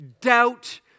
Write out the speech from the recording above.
doubt